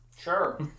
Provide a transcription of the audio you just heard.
Sure